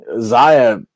Zaya